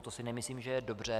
To si nemyslím, že je dobře.